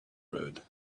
road